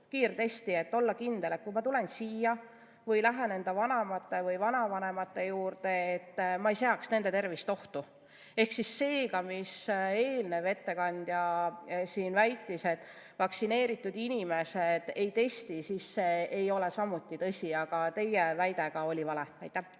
kiirtesti, et olla kindel, et kui ma tulen siia või lähen enda vanemate või vanavanemate juurde, siis ma ei sea nende tervist ohtu. Ehk see, mida eelnev ettekandja siin väitis, et vaktsineeritud inimesed ei testi, ei ole samuti tõsi. Ja ka teie väide oli vale. Aitäh